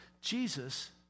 Jesus